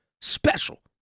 Special